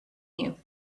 you